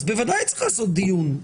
אז בוודאי שצריך לעשות דיון.